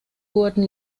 wurden